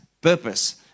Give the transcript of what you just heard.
purpose